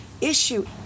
issue